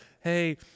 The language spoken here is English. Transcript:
hey